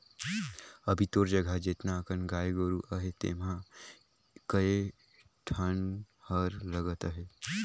अभी तोर जघा जेतना अकन गाय गोरु अहे तेम्हे कए ठन हर लगत अहे